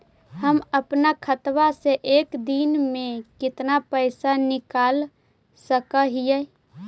हम अपन खाता से एक दिन में कितना पैसा निकाल सक हिय?